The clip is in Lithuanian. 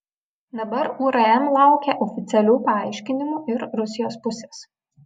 dabar urm laukia oficialių paaiškinimų ir rusijos pusės